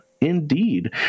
Indeed